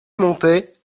montais